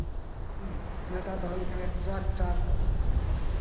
ᱱᱮᱛᱟᱨ ᱫᱚ ᱦᱩᱭ ᱟᱠᱟᱱᱟ ᱴᱨᱟᱠᱴᱟᱨ